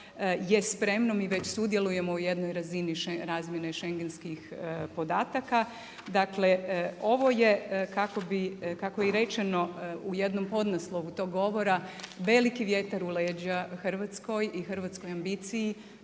je spremno, mi već sudjelujemo u jednoj razini razmjene schengenskih podataka. Dakle, ovo je kako je i rečeno u jednom podnaslovu tog govora, veliki vjetar u leđa Hrvatskoj i hrvatskoj ambiciji